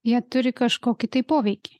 jie turi kažkokį tai poveikį